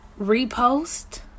repost